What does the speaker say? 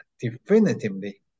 definitively